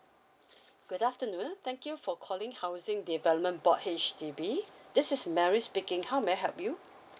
good afternoon thank you for calling housing development board H_D_B this is mary speaking how may I help you